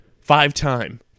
five-time